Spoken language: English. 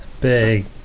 Big